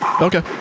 Okay